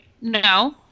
no